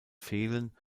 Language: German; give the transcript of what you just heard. fehlen